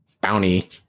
bounty